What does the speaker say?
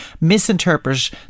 misinterpret